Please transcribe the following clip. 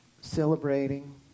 celebrating